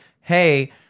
Hey